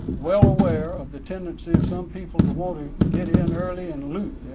well aware of the tendency of some people to want to get in early and loot.